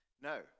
no